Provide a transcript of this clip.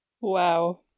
Wow